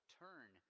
turn